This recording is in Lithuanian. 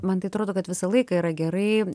man tai atrodo kad visą laiką yra gerai